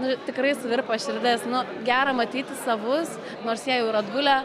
nu tikrai suvirpa širdis nu gera matyti savus nors jie jau ir atgulę